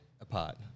apart